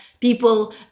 people